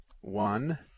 One